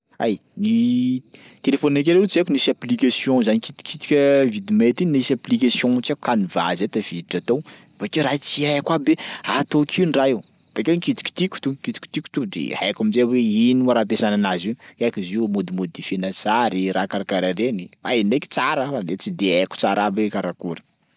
Ay, telefaoninakay leroa tsy haiko nisy application za nikitikitika videmate iny nisy application tsy haiko canva zay tafiditra tao bakeo raha i tsy haiko aby ataoko ino raha io, bakeo i nikitikitiko to nikitikitiko to de haiko amin-jaye hoe ino mo raha ampiasana anazy io, haiky zio modimodifiena sary raha karakaraha reny fa izy ndraiky tsara fa de tsy de haiko tsara aby he karakôry.